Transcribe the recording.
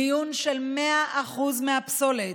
מיון של 100% של הפסולת,